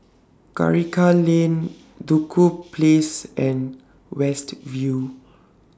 Karikal Lane Duku Place and West View